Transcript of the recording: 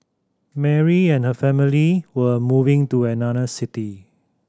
Mary and her family were moving to another city